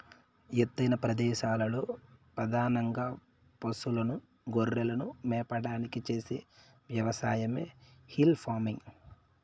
ఎత్తైన ప్రదేశాలలో పధానంగా పసులను, గొర్రెలను మేపడానికి చేసే వ్యవసాయమే హిల్ ఫార్మింగ్